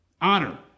honor